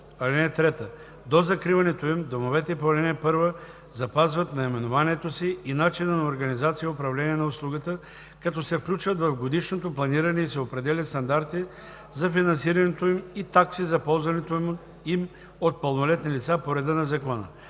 ал. 1. (3) До закриването им домовете по ал. 1 запазват наименованието си и начина на организация и управление на услугата, като се включват в годишното планиране и се определят стандарти за финансирането им и такси за ползването им от пълнолетни лица по реда на Закона.